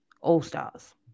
all-stars